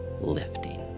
lifting